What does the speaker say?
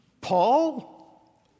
Paul